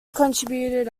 contributed